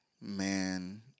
man